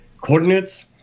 coordinates